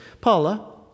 Paula